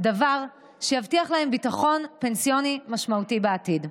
דבר שיבטיח להם ביטחון פנסיוני משמעותי בעתיד.